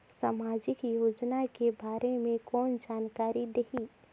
समाजिक योजना के बारे मे कोन जानकारी देही?